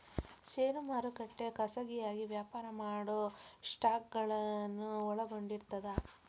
ಷೇರು ಮಾರುಕಟ್ಟೆ ಖಾಸಗಿಯಾಗಿ ವ್ಯಾಪಾರ ಮಾಡೊ ಸ್ಟಾಕ್ಗಳನ್ನ ಒಳಗೊಂಡಿರ್ತದ